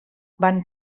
van